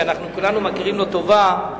שכולנו מכירים לו טובה,